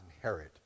inherit